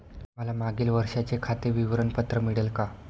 मला मागील वर्षाचे खाते विवरण पत्र मिळेल का?